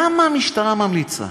למה המשטרה ממליצה?